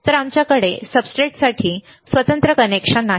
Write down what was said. तर आमच्याकडे सबस्ट्रेटसाठी स्वतंत्र कनेक्शन नाही